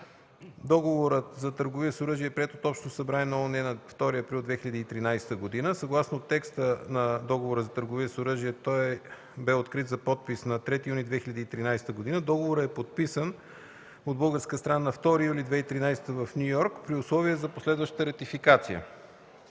Договорът за търговия с оръжие е приет от Общото събрание на ООН на 2 април 2013 г. Съгласно текста на Договора за търговията с оръжие той бе открит за подпис на 3 юни 2013 г. Договорът беше подписан от българска страна на 2 юли 2013 г. в Ню Йорк, САЩ, при условие за последваща ратификация.”